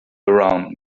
around